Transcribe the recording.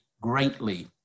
greatly